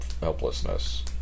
helplessness